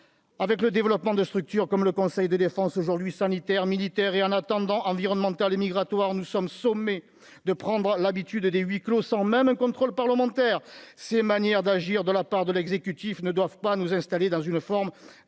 avec le développement de structures comme le conseil de défense aujourd'hui, sanitaires, militaires et en attendant, environnemental et migratoires nous sommes sommés de prendre l'habitude dès huis clos, sans même un contrôle parlementaire ces manières d'agir de la part de l'exécutif ne doivent pas nous installer dans une forme